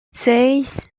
seis